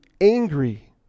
angry